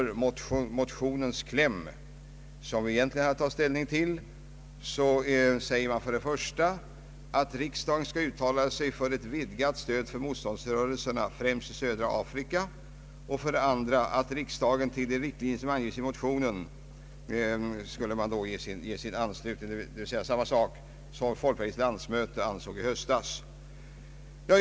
I motionens kläm, som vi egentligen haft att ta ställning till, sägs för det första att riksdagen måtte uttala sig för att ge ett vidgat stöd till motståndsrörelser främst i södra Afrika och för det andra att riksdagen måtte uttala sin anslutning till de i motionen angivna riktlinjerna och principerna för svenskt stöd till motståndsrörelser i den s.k. tredje världen, d.v.s. detsamma som folkpartiets landsmöte avsåg i höstas.